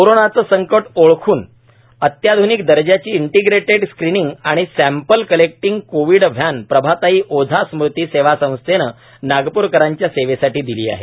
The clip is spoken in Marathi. कोरोनाचे संकट ओळखून अत्याध्निक दर्जाची इंटीग्रेटेड स्क्रिनींग आणि sample collecting Covid van Prabhatai Ojha स्मृती सेवा संस्थेने नागपूरकरांच्या सेवेसाठी दिली आहे